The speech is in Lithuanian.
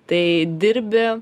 tai dirbi